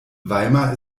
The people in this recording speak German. weimar